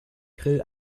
grill